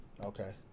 Okay